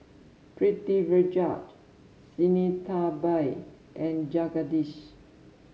Pritiviraj Sinnathamby and Jagadish